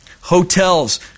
hotels